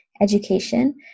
education